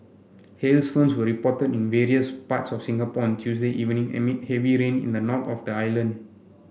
hailstones were reported in various parts of Singapore on Tuesday evening amid heavy rain in the north of the island